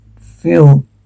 feel